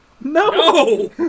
No